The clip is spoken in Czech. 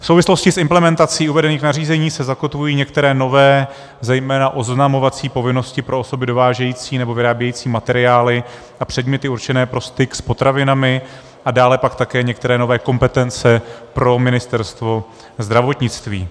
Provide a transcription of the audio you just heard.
V souvislosti s implementací uvedených nařízení se zakotvují některé nové, zejména oznamovací povinnosti pro osoby dovážející nebo vyrábějící materiály a předměty určené pro styk s potravinami a dále pak také některé nové kompetence pro Ministerstvo zdravotnictví.